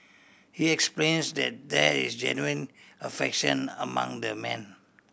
he explains that there is genuine affection among the men